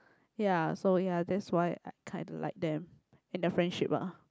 ya so ya that's why I kinda like them and their friendship ah